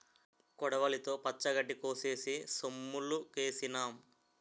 కొడవలితో పచ్చగడ్డి కోసేసి సొమ్ములుకేసినాం